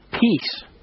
Peace